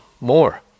more